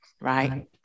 Right